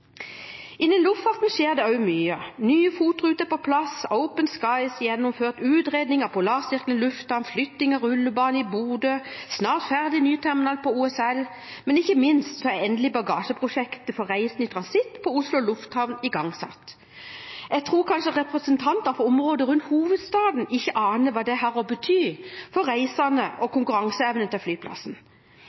Innen luftfarten skjer det også mye: Nye FOT-ruter er på plass, open-skies gjennomført, utredning av Polarsirkelen lufthavn, flytting av rullebanen i Bodø og snart ferdig ny terminal på OSL. Men ikke minst er endelig bagasjeprosjektet for reisende i transitt på Oslo lufthavn igangsatt. Jeg tror kanskje representanter for området rundt hovedstaden ikke aner hva dette har å si for reisende og for konkurranseevnen til flyplassen.